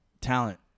talent